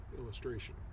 illustration